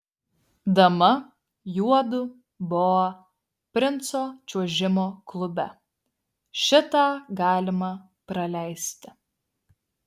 dama juodu boa princo čiuožimo klube šitą galima praleisti